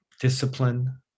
discipline